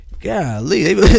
Golly